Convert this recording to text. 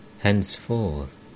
henceforth